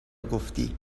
گفتی